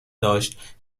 داشت